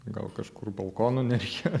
gal kažkur balkono nereikėjo